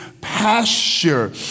pasture